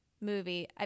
movie